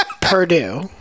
Purdue